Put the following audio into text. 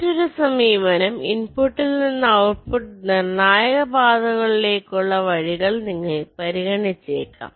മറ്റൊരു സമീപനം ഇൻപുട്ടിൽ നിന്ന് ഔട്ട്പുട്ട് നിർണായക പാതകളിലേക്കുള്ള വഴികൾ നിങ്ങൾ പരിഗണിച്ചേക്കാം